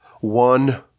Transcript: one